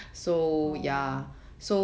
oh